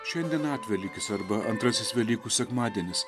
šiandien atvelykis arba antrasis velykų sekmadienis